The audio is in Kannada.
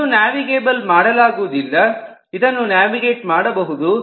ಇದು ನ್ಯಾವಿಗೇಬಲ್ ಮಾಡಲಾಗುವುದಿಲ್ಲ ಇದನ್ನು ನ್ಯಾವಿಗೇಟ್ ಮಾಡಬಹುದು